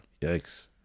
Yikes